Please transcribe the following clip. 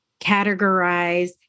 categorize